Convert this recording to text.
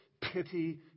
pity